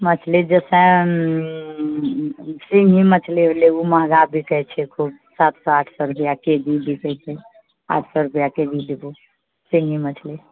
मछली जे छै सिंघी मछली भेलै ओ महङ्गा बिकए छै खूब सात सए आठ सए रुपआ के जी बिकाए छै आठ सए रुपआ के जी देबौ सिंघी मछली